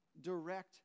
Direct